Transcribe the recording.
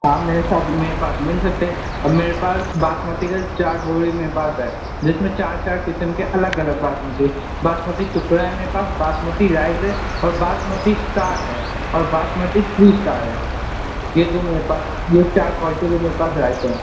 हाँ मेरे साथ मेरे पास मिल सकते है अब मेरे पास बासमती के चार बोरी मेरे पास है जिसमें चार चार किस्म के अलग अलग बासमती है बासमती टुकड़ा है मेरे पास बासमती राइज़ है और बासमती इस्टार है और बासमती थ्री इस्टार है ये दो मेरे पास ये चार क्वाल्टी के मेरे पास राइस हैं